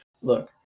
look